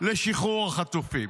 לשחרור החטופים.